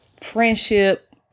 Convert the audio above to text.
friendship